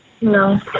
No